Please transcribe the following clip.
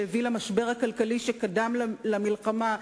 שהביא למשבר הכלכלי שקדם למלחמה,